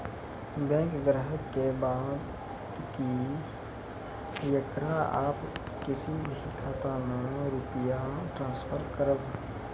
Bank ग्राहक के बात की येकरा आप किसी भी खाता मे रुपिया ट्रांसफर करबऽ?